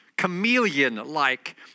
chameleon-like